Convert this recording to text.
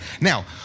Now